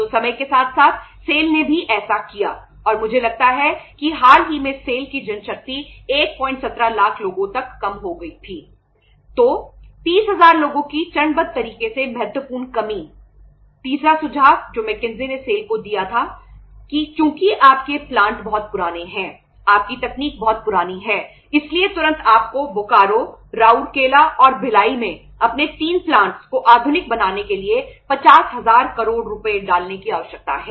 तो समय के साथ साथ सेल के लिए 50000 करोड़ रुपये की आवश्यकता है